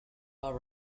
are